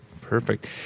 Perfect